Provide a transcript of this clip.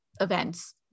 events